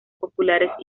populares